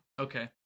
Okay